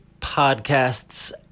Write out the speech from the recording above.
Podcasts